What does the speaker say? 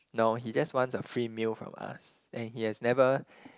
no he just wants a free meal from us and he has never